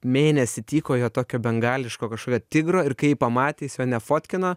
mėnesį tykojo tokio bengališko kažkokio tigro ir kai jį pamatė jis jo nefotkino